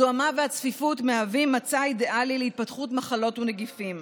הזוהמה והצפיפות מהווים מצע אידיאלי להתפתחות מחלות ונגיפים: